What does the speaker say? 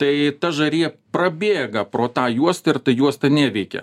tai ta žarija prabėga pro tą juostą ir ta juosta neveikia